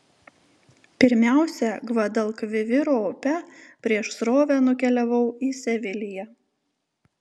pirmiausia gvadalkviviro upe prieš srovę nukeliavau į seviliją